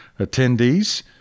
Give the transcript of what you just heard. attendees